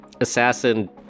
assassin